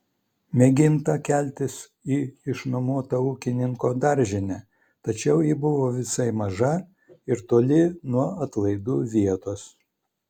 mėginta keltis į išnuomotą ūkininko daržinę tačiau ji buvo visai maža ir toli nuo atlaidų vietos